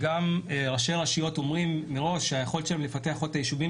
גם ראשי רשויות אומרים מראש שהיכולת שלהם לפתח את היישובים